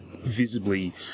visibly